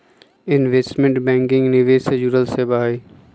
investment banking निवेश से जुड़ल सेवा हई